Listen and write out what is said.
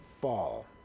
fall